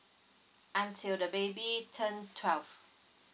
until the baby turn twelve